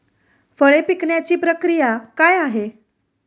फळे पिकण्याची प्रक्रिया काय आहे?